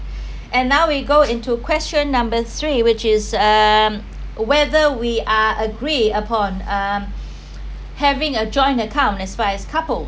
and now we go into question number three which is um whether we are agree upon um having a joint account as far as couple